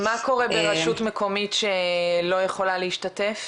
מה קורה ברשות מקומית שלא יכולה להשתתף?